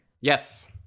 Yes